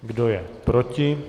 Kdo je proti?